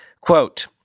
Quote